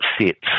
sits